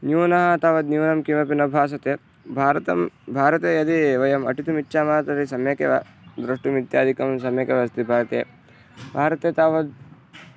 न्यूनः तावत् न्यूनं किमपि न भासते भारतं भारते यदि वयम् अटितुम् इच्छामः तर्हि सम्यगेव द्रष्टुम् इत्यादिकं सम्यगेव अस्ति भारते भारते तावद्